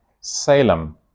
Salem